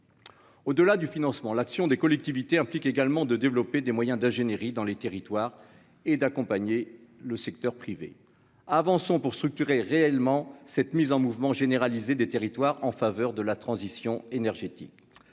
Au-delà du financement, l'action des collectivités implique également de développer des moyens d'ingénierie dans les territoires et d'accompagner le secteur privé, avançons pour structurer réellement cette mise en mouvement généralisée des territoires en faveur de la transition énergétique,